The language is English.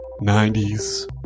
90s